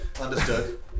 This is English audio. Understood